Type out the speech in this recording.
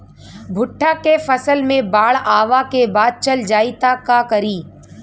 भुट्टा के फसल मे बाढ़ आवा के बाद चल जाई त का करी?